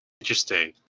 Interesting